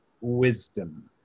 wisdom